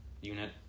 unit